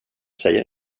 säger